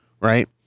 right